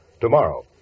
tomorrow